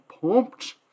pumped